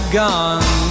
gone